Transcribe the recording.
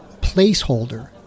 placeholder